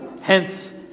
Hence